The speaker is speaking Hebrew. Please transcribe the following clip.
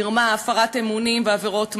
מרמה והפרת אמונים ועבירות מס.